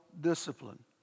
discipline